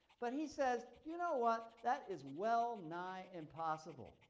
but he says, you know what? that is well nigh impossible.